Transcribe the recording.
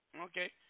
Okay